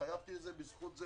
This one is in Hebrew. בזכות זה